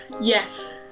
Yes